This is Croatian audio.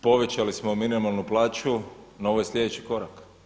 Povećali smo minimalnu plaću na ovaj sljedeći korak.